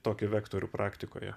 tokių vektorių praktikoje